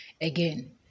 again